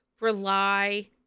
rely